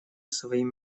своим